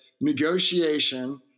negotiation